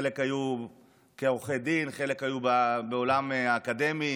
חלק היו עורכי דין וחלק היו בעולם האקדמי.